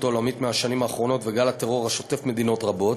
העולמית מהשנים האחרונות וגל הטרור השוטף מדינות רבות.